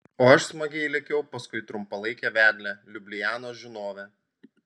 o aš smagiai lėkiau paskui trumpalaikę vedlę liublianos žinovę